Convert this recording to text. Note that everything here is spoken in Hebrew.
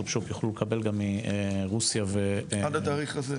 Shop" יוכלו לקבל גם מרוסיה --- עד התאריך הזה.